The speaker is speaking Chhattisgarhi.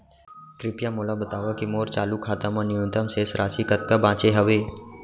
कृपया मोला बतावव की मोर चालू खाता मा न्यूनतम शेष राशि कतका बाचे हवे